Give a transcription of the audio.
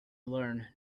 learn